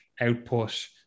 output